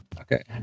Okay